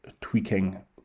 tweaking